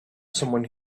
someone